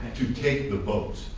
to take the vote?